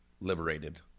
liberated